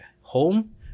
home